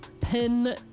pin